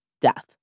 death